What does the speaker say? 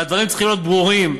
והדברים צריכים להיות ברורים.